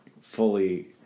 fully